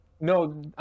No